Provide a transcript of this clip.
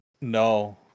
No